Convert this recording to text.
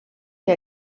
que